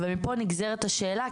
מאי מפה נגזרת השאלה,